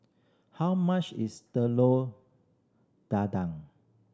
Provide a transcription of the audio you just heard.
how much is Telur Dadah